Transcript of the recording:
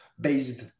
based